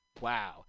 Wow